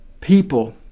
people